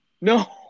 No